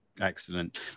Excellent